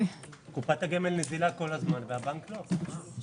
קופת הגמל נזילה כל הזמן, והבנק לא.